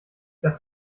das